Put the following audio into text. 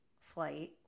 flight